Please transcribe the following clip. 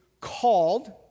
called